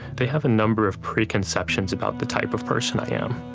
they have a number of preconceptions about the type of person i am.